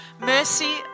mercy